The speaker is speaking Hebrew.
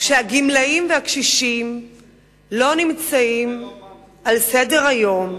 שהגמלאים והקשישים לא נמצאים על סדר-היום,